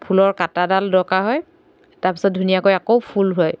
ফুলৰ কাটাডাল দৰকাৰ হয় তাৰপাছত ধুনীয়াকৌ আকৌ ফুল হয়